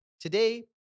Today